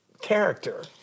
character